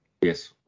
Yes